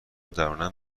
درونن